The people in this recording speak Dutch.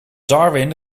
darwin